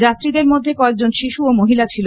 যাত্রীদের মধ্যে কয়েকজন শিশু ও মহিলা ছিল